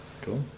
cool